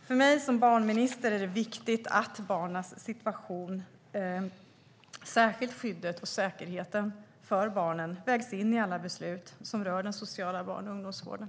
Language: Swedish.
För mig som barnminister är det viktigt att barnens situation, särskilt skyddet och säkerheten för barnen, vägs in i alla beslut som rör den sociala barn och ungdomsvården.